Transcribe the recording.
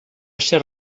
ser